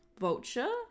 Vulture